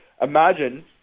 Imagine